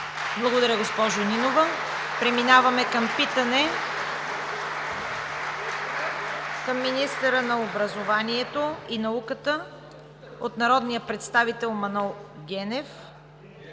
Благодаря, госпожо Нинова. Преминаваме към питане към министъра на образованието и науката от народния представител Манол Генов